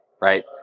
right